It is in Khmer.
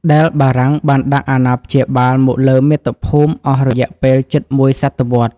ដែលបារាំងបានដាក់អាណាព្យាបាលមកលើមាតុភូមិអស់រយៈពេលជិតមួយសតវត្សរ៍។